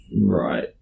Right